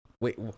Wait